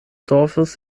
dorfes